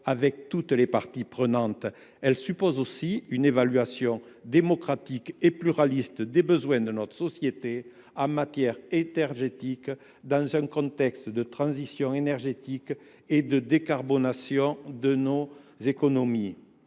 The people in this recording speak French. avec toutes les parties prenantes. Elle suppose aussi une évaluation démocratique et pluraliste des besoins de notre société en matière énergétique, dans un contexte de transition énergétique et de décarbonation de nos économies.